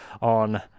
on